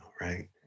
right